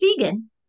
vegan